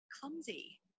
clumsy